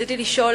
רציתי לשאול,